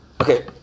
Okay